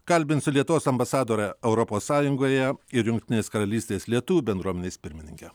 kalbinsiu lietuvos ambasadorę europos sąjungoje ir jungtinės karalystės lietuvių bendruomenės pirmininkę